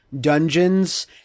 dungeons